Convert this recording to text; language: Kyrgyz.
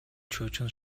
чоочун